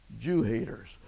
Jew-haters